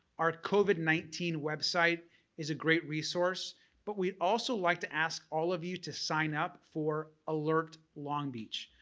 our covid nineteen website is a great resource but we'd also like to ask all of you to sign up for alert long beach.